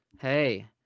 Hey